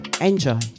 Enjoy